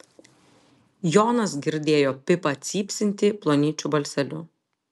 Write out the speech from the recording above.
jonas girdėjo pipą cypsintį plonyčiu balseliu